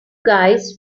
guys